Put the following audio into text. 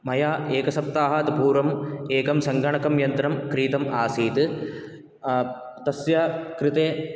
मया एकसप्ताहात् पूर्वं एकं सङ्गणकं यन्त्रं क्रीतम् आसीत् तस्य कृते